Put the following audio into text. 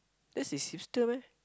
that is hipster meh